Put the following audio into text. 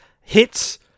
hits